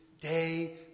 day